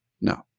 no